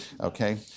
okay